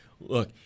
Look